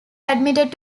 admitted